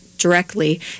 directly